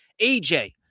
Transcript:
AJ